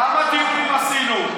כמה דיונים עשינו?